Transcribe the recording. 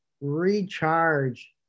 recharge